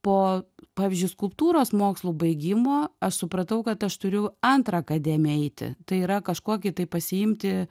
po pavyzdžiui skulptūros mokslų baigimo aš supratau kad aš turiu antrą akademiją eiti tai yra kažkokį tai pasiimti